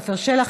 עפר שלח,